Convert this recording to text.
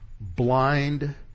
blind